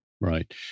Right